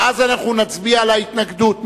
ואז נצביע על ההתנגדות,